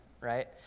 right